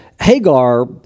Hagar